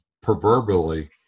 proverbially